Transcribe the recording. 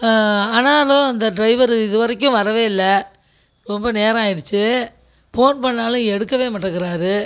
ஆனாலும் அந்த ட்ரைவர் இது வரைக்கும் வரவேல்லை ரொம்ப நேரமாயிடுச்சி ஃபோன் பண்ணாலும் எடுக்கவே மாட்டேங்குறாரு